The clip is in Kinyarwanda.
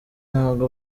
ntabwo